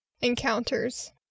encounters